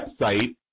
website